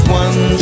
one